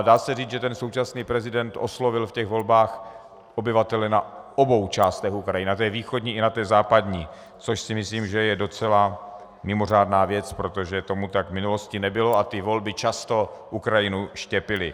Dá se říct, že současný prezident oslovil ve volbách obyvatele na obou částech Ukrajiny, na té východní i na té západní, což si myslím, že je docela mimořádná věc, protože tomu tak v minulosti nebylo a volby často Ukrajinu štěpily.